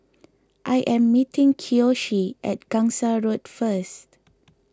I am meeting Kiyoshi at Gangsa Road first